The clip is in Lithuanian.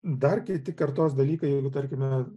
dar kiti kartos dalykai jeigu tarkime